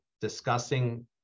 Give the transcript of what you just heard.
discussing